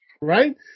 Right